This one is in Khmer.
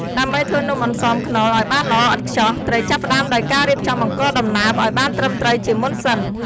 ដើម្បីធ្វើនំអន្សមខ្នុរឱ្យបានល្អឥតខ្ចោះ ត្រូវចាប់ផ្តើមដោយការរៀបចំអង្ករដំណើបឱ្យបានត្រឹមត្រូវជាមុនសិន។